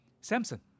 Samson